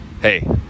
hey